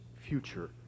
future